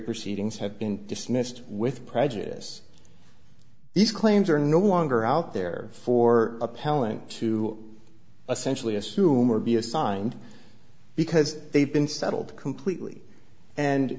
proceedings have been dismissed with prejudice these claims are no longer out there for appellant to essentially assume or be assigned because they've been settled completely and